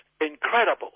incredible